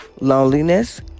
loneliness